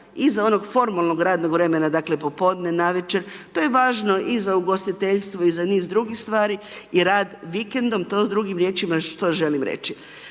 iza onog formalnog radnog vremena, dakle popodne, navečer, to je važno i za ugostiteljstvo i za niz drugih stvari, i rad vikendom, to drugim riječima što želim reći,